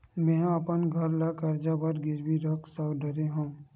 मेहा अपन घर ला कर्जा बर गिरवी रख डरे हव